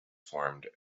formed